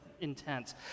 intense